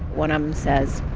one of them says,